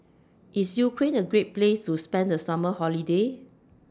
IS Ukraine A Great Place to spend The Summer Holiday